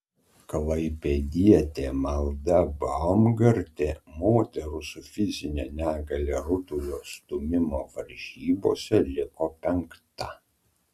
klaipėdietė malda baumgartė moterų su fizine negalia rutulio stūmimo varžybose liko penkta